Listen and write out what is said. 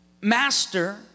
Master